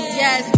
yes